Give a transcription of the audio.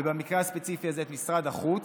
ובמקרה הספציפי הזה את משרד החוץ,